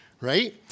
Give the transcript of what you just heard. right